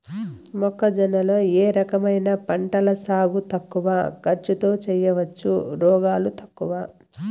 మొక్కజొన్న లో ఏ రకమైన పంటల సాగు తక్కువ ఖర్చుతో చేయచ్చు, రోగాలు తక్కువ?